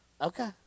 Okay